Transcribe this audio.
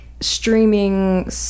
streaming